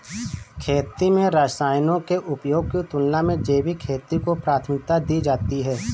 खेती में रसायनों के उपयोग की तुलना में जैविक खेती को प्राथमिकता दी जाती है